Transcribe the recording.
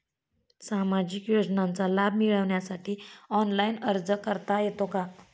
सामाजिक योजनांचा लाभ मिळवण्यासाठी ऑनलाइन अर्ज करता येतो का?